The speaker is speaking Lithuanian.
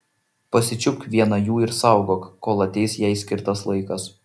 pasičiupk vieną jų ir saugok kol ateis jai skirtas laikas